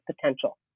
potential